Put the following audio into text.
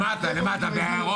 לכו תלמדו.